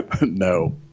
no